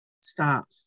stop